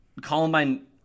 Columbine